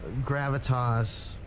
gravitas